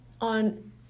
on